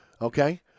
okay